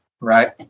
Right